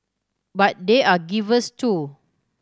but they are givers too